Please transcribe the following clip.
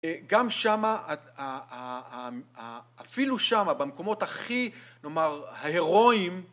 גם שמה, אפילו שמה, במקומות הכי, נאמר, הירואיים